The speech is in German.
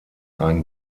ein